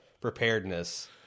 preparedness